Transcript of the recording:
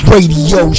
Radio